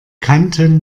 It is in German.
kanten